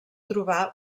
trobar